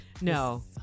No